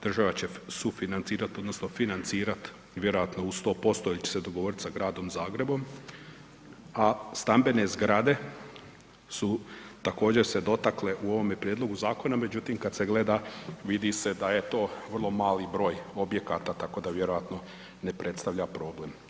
Država će sufinancirat odnosno financirat vjerojatno u 100% jer će se dogovorit sa Gradom Zagrebom, a stambene zgrade su također se dotakle u ovome prijedlogu zakona međutim kad se gleda vidi se da je to vrlo mali broj objekata tako da vjerojatno ne predstavlja problem.